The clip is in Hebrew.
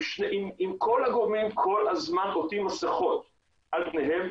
אם כל הגורמים כל הזמן עוטים מסכות על פניהם,